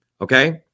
Okay